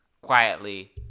Quietly